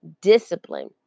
discipline